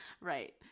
Right